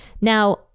Now